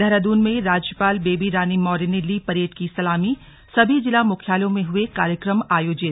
देहरादून में राज्यपाल बेबी रानी मौर्य ने ली परेड की सलामीसभी जिला मुख्यालयों में हए कार्यक्रम आयोजित